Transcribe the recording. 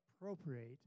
appropriate